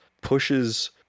pushes